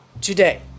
today